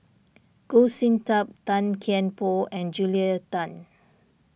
Goh Sin Tub Tan Kian Por and Julia Tan